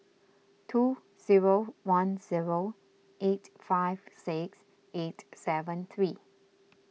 two zero one zero eight five six eight seven three